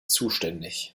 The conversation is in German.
zuständig